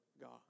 God